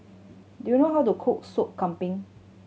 do you know how to cook Soup Kambing